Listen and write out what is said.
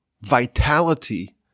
vitality